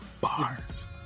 Bars